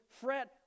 fret